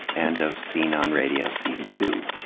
and of scene on radio season two.